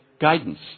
guidance